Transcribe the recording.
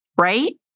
right